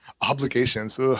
obligations